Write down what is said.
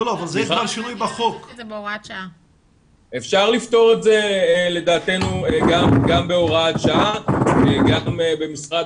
לדעתנו אפשר לפתור את זה גם בהוראת שעה וגם במשרד